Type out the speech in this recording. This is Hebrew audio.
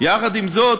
יחד עם זאת,